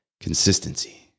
consistency